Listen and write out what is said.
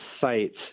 sites